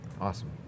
Awesome